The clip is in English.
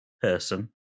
person